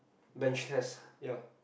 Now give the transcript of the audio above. bench test ya